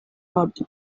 not